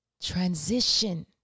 transition